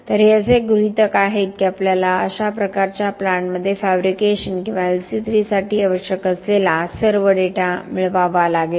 तर हे असे गृहितक आहेत की आपल्याला अशा प्रकारच्या प्लांटमध्ये फॅब्रिकेशन किंवा LC3 साठी आवश्यक असलेला सर्व डेटा मिळवावा लागेल